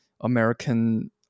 american